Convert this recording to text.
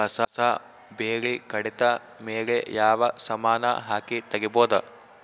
ಕಸಾ ಬೇಲಿ ಕಡಿತ ಮೇಲೆ ಯಾವ ಸಮಾನ ಹಾಕಿ ತಗಿಬೊದ?